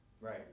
Right